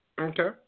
okay